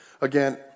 Again